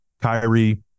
Kyrie